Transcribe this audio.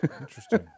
Interesting